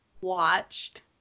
watched